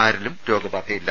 ആരിലും രോഗബാധയില്ല